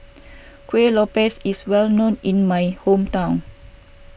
Kueh Lopes is well known in my hometown